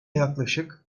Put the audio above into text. yaklaşık